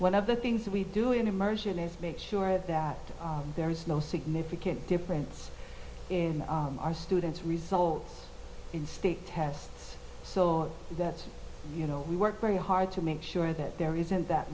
one of the things we do in immersion is make sure that there is no significant difference in our students results in state tests so that's you know we work very hard to make sure that there isn't that